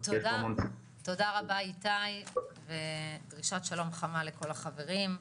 תודה רבה איתי ודרישת שלום חמה לכל החברים.